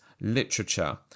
literature